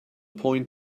point